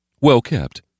well-kept